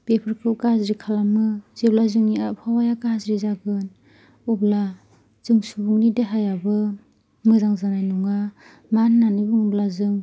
बेफोरखौ गाज्रि खालामो जेब्ला जोंनि आबहावाया गाज्रि जागोन अब्ला जों सुबुंनि देहायाबो मोजां जानाय नङा मा होननानै बुङोब्ला जों